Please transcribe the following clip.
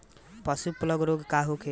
पशु प्लग रोग का होखे?